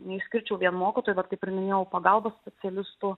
neišskirčiau vien mokytojų vat kaip ir minėjau pagalbos specialistų